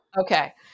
Okay